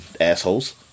assholes